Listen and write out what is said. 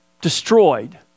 destroyed